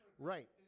Right